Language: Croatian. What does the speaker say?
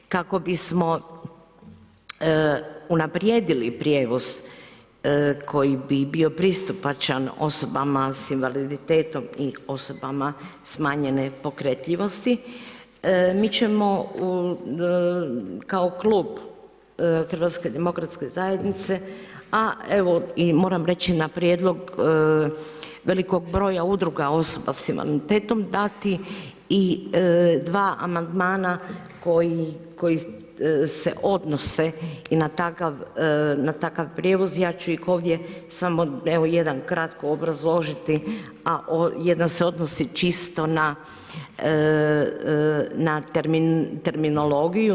Kako bismo unaprijedili prijevoz koji bi bio pristupačan osobama s invaliditetom i osobama smanjene pokretljivosti, mi ćemo kao klub HDZ-a, a evo moram reći na prijedlog velikog broja udruga osoba s invaliditetom dati i dva amandmana koji se odnose i na takav prijevoz, ja ću ih ovdje samo jedan kratko obrazložiti, a jedan se odnosi čisto na terminologiju.